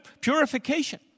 purification